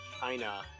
China